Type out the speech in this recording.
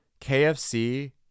KFC